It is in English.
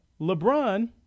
LeBron